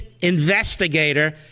investigator